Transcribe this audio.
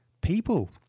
People